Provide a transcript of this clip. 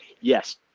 yes